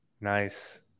Nice